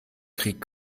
krieg